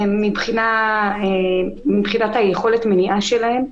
מבחינת יכולת המניעה שלהם,